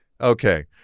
okay